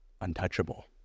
untouchable